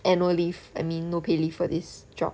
annual leave I mean no pay leave for this job